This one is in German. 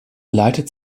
leitet